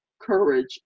courage